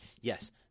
yes